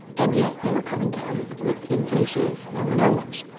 and yet they were coming down with invasive melanomas.